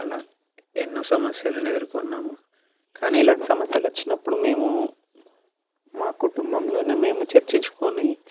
అలా ఎన్నో సమస్యలను ఎదుర్కొన్నాము కానీ ఇలాంటి సమస్యలు వచ్చినప్పుడు మేము మా కుటుంబంలోనే మేము చర్చించుకొని